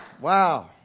Wow